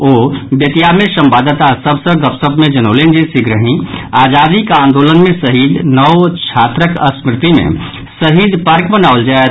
ओ बेतिया मे संवाददाता सभ सॅ गपशप मे जनौलनि जे शीघ्रहि आजादीक आंदोलन मे शहीद नओ छात्रक स्मृति मे शहीद पार्क बनाओल जायत